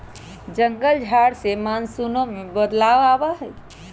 जंगल झार से मानसूनो में बदलाव आबई छई